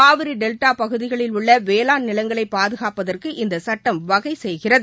Kaveri delta பகுதிகளில் உள்ள வேளாண் நிலங்களை பாதுகாப்பதற்கு இந்த சட்டம் வகை செய்கிறது